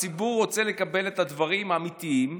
הציבור רוצה לקבל את הדברים האמיתיים,